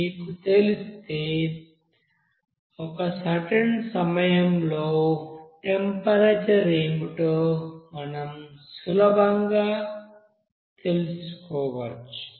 మీకు తెలిస్తే ఒక సర్టెన్ సమయం లో టెంపరేచర్ ఏమిటో మనం సులభంగా తెలుసుకోవచ్చు